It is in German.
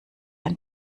ein